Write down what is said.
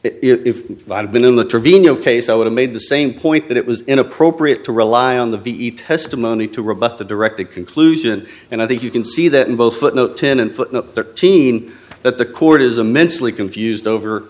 have been in the trevino case i would have made the same point that it was inappropriate to rely on the ve testimony to rebut the directed conclusion and i think you can see that in both footnote ten and thirteen that the court is a mentally confused over